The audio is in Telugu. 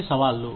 కొన్ని సవాళ్లు